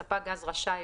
ספק גז רשאי,